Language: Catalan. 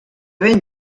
ben